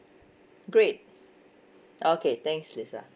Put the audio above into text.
great okay thanks lisa